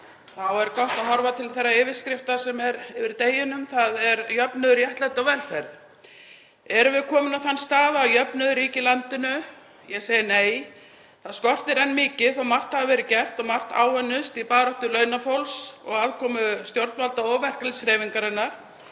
er gott að horfa til þeirrar yfirskriftar sem er yfir deginum: Jöfnuður, réttlæti og velferð. Erum við komin á þann stað að jöfnuður ríki í landinu? Ég segi nei. Það skortir enn mikið þó að margt hafi verið gert og margt áunnist í baráttu launafólks með aðkomu stjórnvalda og verkalýðshreyfingarinnar.